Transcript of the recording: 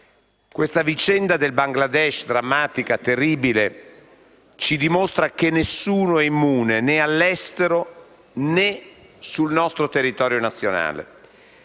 Questa vicenda del Bangladesh, drammatica, terribile, ci dimostra che nessuno è immune, né all'esterno né sul nostro territorio nazionale.